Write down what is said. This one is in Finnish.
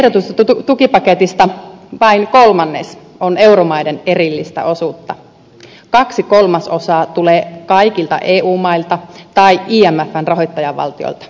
portugalille ehdotetusta tukipaketista vain kolmannes on euromaiden erillistä osuutta kaksi kolmasosaa tulee kaikilta eu mailta tai imfn rahoittajavaltioilta